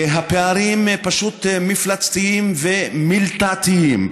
הפערים פשוט מפלצתיים ומלתעתיים,